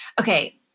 Okay